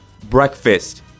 Breakfast